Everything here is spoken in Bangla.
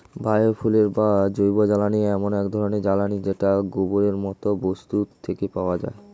বায়ো ফুয়েল বা জৈবজ্বালানী এমন এক ধরণের জ্বালানী যেটা গোবরের মতো বস্তু থেকে পাওয়া যায়